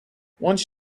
once